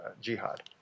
jihad